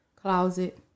closet